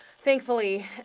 thankfully